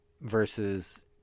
versus